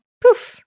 poof